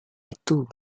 itu